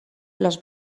los